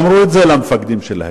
הם אמרו את זה למפקדים שלהם.